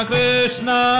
Krishna